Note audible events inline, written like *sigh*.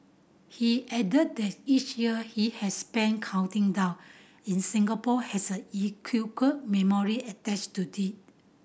he added that each year he has spent counting down in Singapore has a *unintelligible* memory attached to it